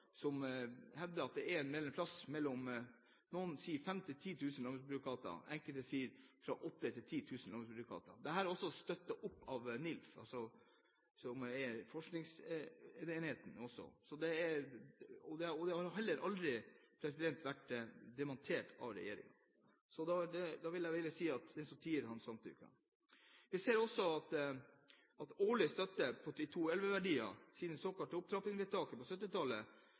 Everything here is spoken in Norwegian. som hevder at det er en plass mellom 5 000 og 10 000 landbruksbyråkrater, noen sier fra 8 000 til 10 000 landbruksbyråkrater. Dette blir støttet av Norsk institutt for landbruksøkonomisk forskning. Det har heller aldri vært dementert av regjeringen. Da vil jeg si at den som tier, samtykker. Vi ser også av årlig støtte i 2011-verdier, siden det såkalte opptrappingsvedtaket på